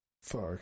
Fuck